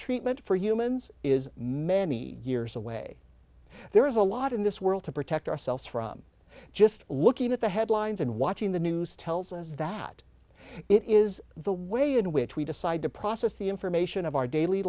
treatment for humans is many years away there is a lot in this world to protect ourselves from just looking at the headlines and watching the news tells us that it is the way in which we decide to process the information of our daily